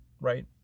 Right